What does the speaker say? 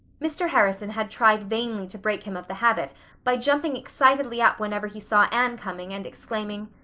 mr. harrison had tried vainly to break him of the habit by jumping excitedly up whenever he saw anne coming and exclaiming,